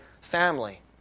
family